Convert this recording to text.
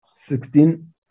Sixteen